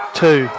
two